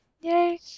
Yay